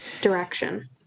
direction